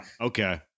Okay